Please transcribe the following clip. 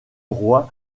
roi